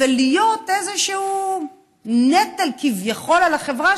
ולהיות איזשהו נטל כביכול על החברה,